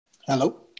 Hello